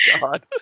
God